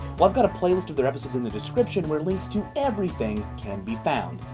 well, i've got a playlist of their episodes in the description, where links to everything can be found.